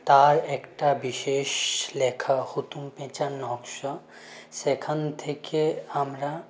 তার একটা বিশেষ লেখা হুতুম প্যাঁচার নকশা সেখান থেকে আমরা